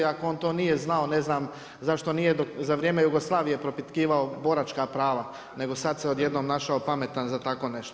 Ako on to nije znao ne znam zašto nije za vrijeme Jugoslavije propitkivao boračka prava, nego sad se odjednom našao pametan za tako nešto.